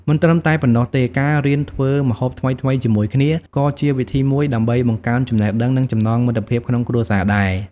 មិនត្រឹមតែប៉ុណ្ណោះទេការរៀនធ្វើម្ហូបថ្មីៗជាមួយគ្នា ក៏ជាវិធីមួយដើម្បីបង្កើនចំណេះដឹង និងចំណងមិត្តភាពក្នុងគ្រួសារដែរ ។